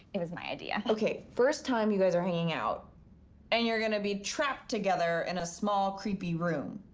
it was my idea. okay. first time you guys are hanging out and you're going to be trapped together in a small, creepy room.